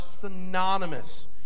synonymous